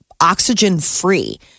oxygen-free